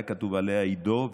היה כתוב עליה "עידו",